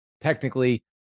technically